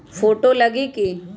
Photo लगी कि?